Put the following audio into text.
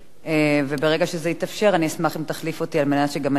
אני אשמח אם תחליף אותי כדי שגם אני אומר את דברי באותו נושא,